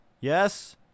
Yes